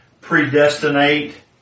predestinate